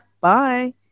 bye